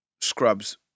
Scrubs